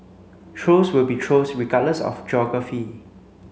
trolls will be trolls regardless of geography